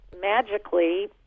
magically